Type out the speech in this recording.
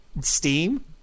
Steam